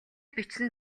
бичсэн